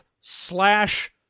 slash